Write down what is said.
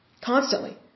Constantly